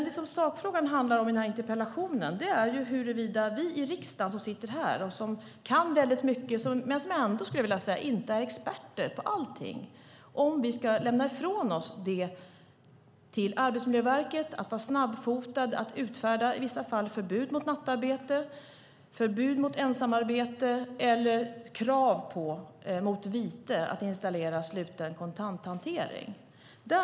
Det sakfrågan handlar om i interpellationen är huruvida vi som sitter här i riksdagen och kan väldigt mycket men som ändå inte är experter på allting ska lämna ifrån oss detta till Arbetsmiljöverket. Det handlar om att vara snabbfotad och i vissa fall om förbud mot nattarbete, förbud mot ensamarbete eller mot vite krav på att installera sluten kontanthantering.